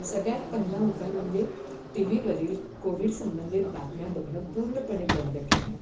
सगळ्यात पहिला उपाय म्हणजे टीव्हीवरील कोविड संबंधित बातम्या बघणं पूर्णपणे बंद केलं